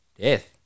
death